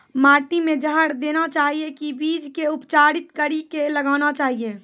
माटी मे जहर देना चाहिए की बीज के उपचारित कड़ी के लगाना चाहिए?